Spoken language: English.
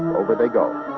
over they go,